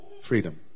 freedom